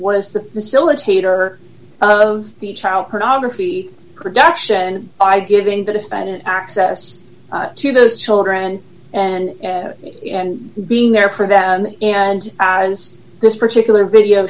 was the facilitator of the child pornography production by giving the defendant access to those children and being there for that and as this particular video